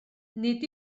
nid